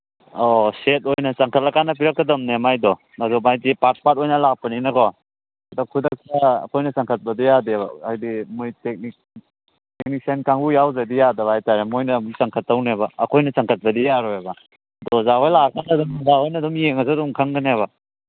ꯑꯧ ꯁꯦꯠ ꯑꯣꯏꯅ ꯆꯪꯈꯠꯂꯀꯥꯟꯗ ꯄꯤꯔꯛꯀꯗꯝꯅꯦ ꯃꯥꯏꯗꯣ ꯃꯗꯨ ꯃꯥꯒꯤ ꯄꯥꯔꯠ ꯄꯥꯔꯠ ꯑꯣꯏꯅ ꯂꯥꯛꯄꯅꯤꯅꯀꯣ ꯑꯗꯣ ꯈꯨꯗꯛꯇ ꯑꯩꯈꯣꯏꯅ ꯆꯟꯈꯠꯄꯗꯤ ꯌꯥꯗꯦꯕ ꯍꯥꯏꯗꯤ ꯃꯣꯏ ꯇꯦꯛꯅꯤꯛ ꯇꯦꯛꯅꯤꯁꯤꯌꯟ ꯀꯥꯡꯕꯨ ꯌꯥꯗ꯭ꯔꯗꯤ ꯌꯥꯗꯕ ꯍꯥꯏ ꯇꯥꯔꯦ ꯃꯣꯏꯅ ꯑꯃꯨꯛ ꯆꯟꯈꯠꯇꯧꯅꯦꯕ ꯑꯩꯈꯣꯏꯅ ꯆꯟꯈꯠꯄꯗꯤ ꯌꯥꯔꯣꯏꯕ ꯑꯗꯣ ꯑꯣꯖꯥ ꯍꯣꯏ ꯂꯥꯛꯑꯀꯥꯟꯗ ꯑꯗꯨꯝ ꯑꯣꯖꯥ ꯍꯣꯏꯅ ꯑꯗꯨꯝ ꯌꯦꯡꯉꯁꯨ ꯑꯗꯨꯝ ꯈꯪꯒꯅꯤꯕ